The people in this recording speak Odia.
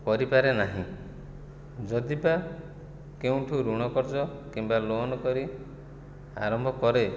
କରିପାରେ ନାହିଁ ଯଦି ବା କେଉଁଠୁ ଋଣ କର୍ଜ କିମ୍ବା ଲୋନକରି ଆରମ୍ଭକରେ